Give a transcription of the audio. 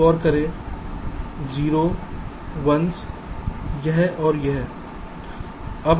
अब गैर 0 1s यह और यह हैं